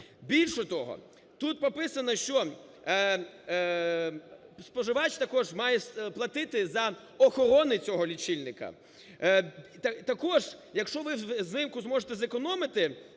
Більше того, тут прописано, що споживач також має платити за охорону цього лічильника. Також, якщо ви взимку зможете зекономити